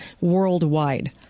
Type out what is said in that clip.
worldwide